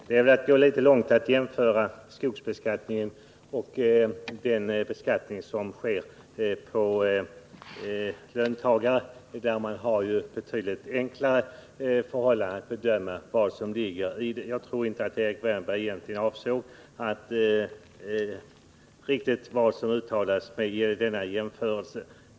Herr talman! Det är väl att gå litet långt att jämföra skogsbeskattningen och beskattningen av löntagare, där det ju är betydligt enklare förhållanden att bedöma. Jag tror att Erik Wärnberg inte riktigt på allvar gjorde denna jämförelse.